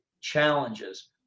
challenges